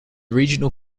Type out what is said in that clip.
regional